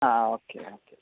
ആ okay okay